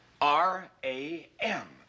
R-A-M